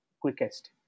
quickest